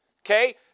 Okay